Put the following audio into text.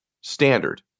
Standard